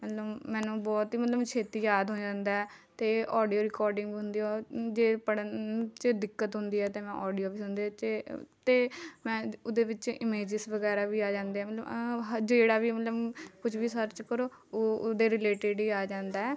ਮਤਲਬ ਮੈਨੂੰ ਬਹੁਤ ਹੀ ਮਤਲਬ ਛੇਤੀ ਯਾਦ ਹੋ ਜਾਂਦਾ ਹੈ ਅਤੇ ਓਡੀਓ ਰਿਕੋਡਿੰਗ ਹੁੰਦੀ ਹੈ ਉਹ ਜੇ ਪੜ੍ਹਨ 'ਚ ਦਿੱਕਤ ਹੁੰਦੀ ਹੈ ਤਾਂ ਮੈਂ ਆਡੀਓ ਵੀ ਸੁਣਦੀ ਜੇ ਅਤੇ ਮੈਂ ਉਹਦੇ ਵਿੱਚ ਈਮੇਜਿਸ ਵਗੈਰਾ ਵੀ ਆ ਜਾਂਦੇ ਹੈ ਮਤਲਬ ਹ ਜਿਹੜਾ ਵੀ ਮਤਲਬ ਕੁਝ ਵੀ ਸਰਚ ਕਰੋ ਉਹ ਉਹਦੇ ਰੀਲੇਟਿਡ ਹੀ ਆ ਜਾਂਦਾ ਹੈ